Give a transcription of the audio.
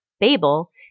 Babel